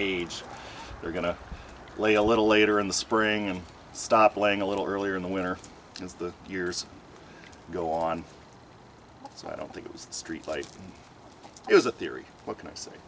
age they're going to play a little later in the spring and stop playing a little earlier in the winter as the years go on so i don't think it was street life is a theory what can i say